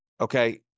okay